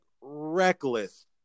reckless